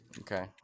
Okay